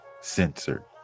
Censored